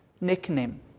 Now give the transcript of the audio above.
nickname